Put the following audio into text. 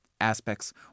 aspects